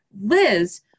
Liz